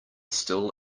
still